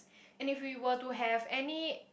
and if we were to have any